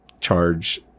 charge